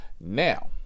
Now